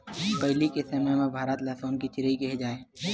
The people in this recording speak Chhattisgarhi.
पहिली के समे म भारत ल सोन के चिरई केहे जाए